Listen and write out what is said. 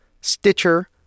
Stitcher